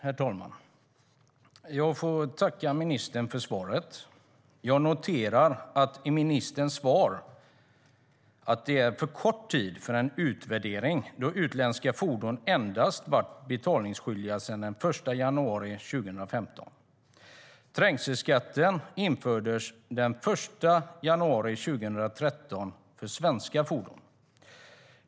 Herr talman! Jag får tacka ministern för svaret. Jag noterar att ministern svarar att det har gått för kort tid för att göra en utvärdering, då utländska fordon endast varit betalningsskyldiga sedan den 1 januari 2015. Trängselskatten för svenska fordon infördes den 1 januari 2013.